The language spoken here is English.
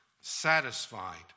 satisfied